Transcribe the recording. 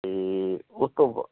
ਅਤੇ ਉਹ ਤੋਂ